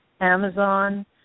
Amazon